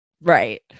Right